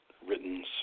Written